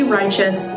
righteous